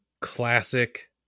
classic